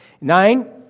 Nine